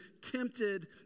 tempted